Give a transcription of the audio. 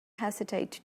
hesitate